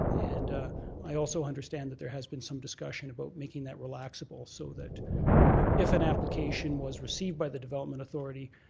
and i also understand that there has been some discussion about making that relaxable so that if an application was received by the development authority,